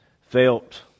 felt